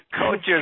coaches